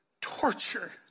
torture